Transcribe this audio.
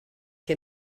que